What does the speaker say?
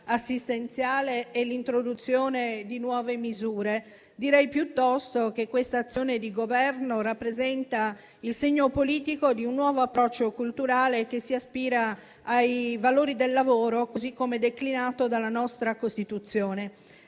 assistenziale e l'introduzione di nuove misure. Direi piuttosto che quest'azione di Governo rappresenta il segno politico di un nuovo approccio culturale che si ispira ai valori del lavoro, così come declinato dalla nostra Costituzione.